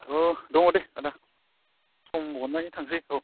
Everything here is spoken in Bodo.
अह दङ दे आदा सम बहननानै थांसै औ